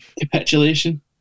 capitulation